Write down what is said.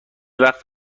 وقت